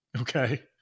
Okay